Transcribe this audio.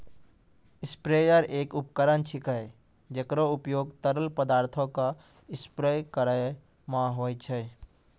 sprayer एक उपकरण छिकै, जेकरो उपयोग तरल पदार्थो क स्प्रे करै म होय छै